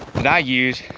that i use